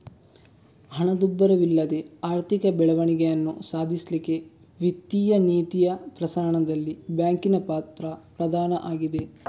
ಹಣದುಬ್ಬರವಿಲ್ಲದೆ ಆರ್ಥಿಕ ಬೆಳವಣಿಗೆಯನ್ನ ಸಾಧಿಸ್ಲಿಕ್ಕೆ ವಿತ್ತೀಯ ನೀತಿಯ ಪ್ರಸರಣದಲ್ಲಿ ಬ್ಯಾಂಕಿನ ಪಾತ್ರ ಪ್ರಧಾನ ಆಗಿದೆ